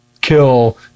kill